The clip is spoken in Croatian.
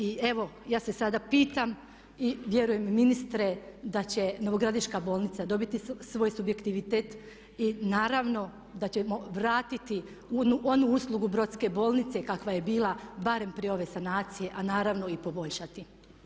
I evo, ja se sada pitam i vjerujem i ministre da će Novogradiška bolnica dobiti svoj subjektivitet i naravno da ćemo vratiti onu uslugu Brodske bolnice kakva je bila barem prije ove sanacije a naravno i poboljšati.